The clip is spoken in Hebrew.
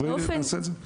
נעשה את זה.